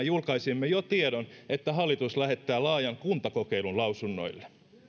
julkaisimme jo tiedon että hallitus lähettää laajan kuntakokeilun lausunnoille